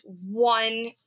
one